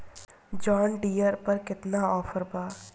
John Deere पर केतना offer बा?